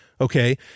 Okay